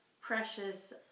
precious